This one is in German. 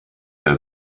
der